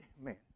man